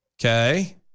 Okay